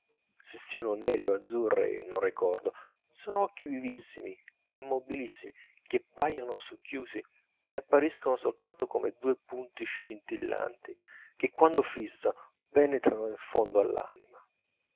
se siano neri o azzurri non ricordo sono occhi vivissimi e mobilissimi che paiono socchiusi e appariscono soltanto come due punti scintillanti che quando fissano penetrano in fondo all'anima